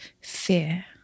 fear